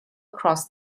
across